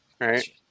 Right